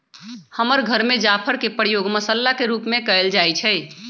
हमर घर में जाफर के प्रयोग मसल्ला के रूप में कएल जाइ छइ